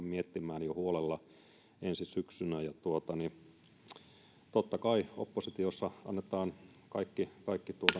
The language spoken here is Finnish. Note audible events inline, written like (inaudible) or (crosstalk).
(unintelligible) miettimään huolella jo ensi syksynä totta kai oppositiossa annetaan kaikki kaikki